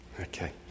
Okay